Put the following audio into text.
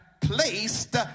placed